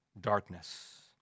darkness